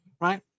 right